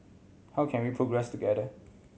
how can we progress together